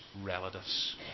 relatives